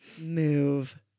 move